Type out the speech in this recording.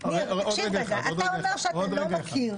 ניר, תקשיב רגע, אתה אומר שאתה לא מכיר.